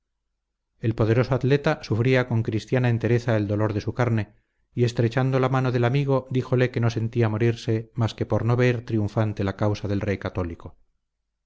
el poderoso atleta sufría con cristiana entereza el dolor de su carne y estrechando la mano del amigo díjole que no sentía morirse más que por no ver triunfante la causa del rey católico